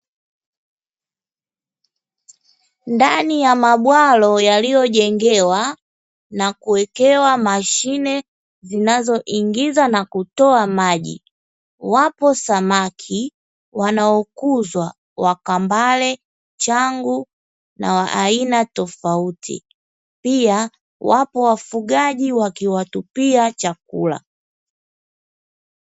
Ndani ya mabwalo yaliyojengewa na kuwekewa mashine zinazoingiza na kutoa maji. Wapo samaki wanaokuzwa wa kambale, changu na wa aina tofauti pia wapo wafugaji wakiwatupia chakula.